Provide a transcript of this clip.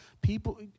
people